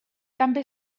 també